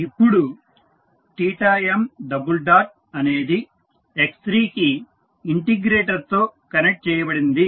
ఇప్పుడు m అనేది x3 కి ఇంటిగ్రేటర్తో కనెక్ట్ చేయబడింది